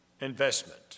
investment